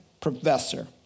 professor